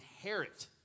inherit